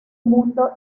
mundo